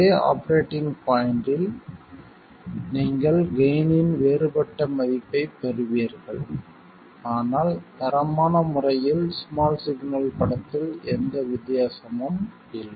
அதே ஆபரேட்டிங் பாய்ண்ட்டில் நீங்கள் கெய்ன் இன் வேறுபட்ட மதிப்பைப் பெறுவீர்கள் ஆனால் தரமான முறையில் ஸ்மால் சிக்னல் படத்தில் எந்த வித்தியாசமும் இல்லை